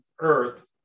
earth